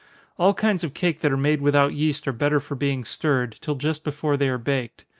all kinds of cake that are made without yeast are better for being stirred, till just before they are baked.